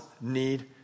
need